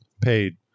paid